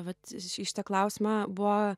vat į šitą klausimą buvo